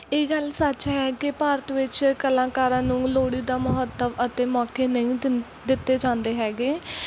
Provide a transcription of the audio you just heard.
ਇਹ ਗੱਲ ਸੱਚ ਹੈ ਕਿ ਭਾਰਤ ਵਿੱਚ ਕਲਾਕਾਰਾਂ ਨੂੰ ਲੋੜੀਂਦਾ ਮਹੱਤਵ ਅਤੇ ਮੌਕੇ ਨਹੀਂ ਦਿੰਦੇ ਦਿੱਤੇ ਜਾਂਦੇ ਹੈਗੇ